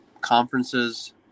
conferences